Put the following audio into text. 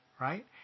right